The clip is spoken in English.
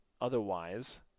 otherwise